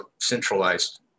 centralized